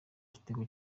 igitego